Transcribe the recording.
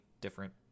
different